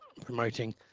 promoting